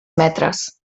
metres